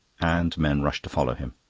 and men rushed to follow him.